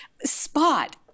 spot